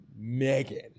Megan